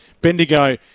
Bendigo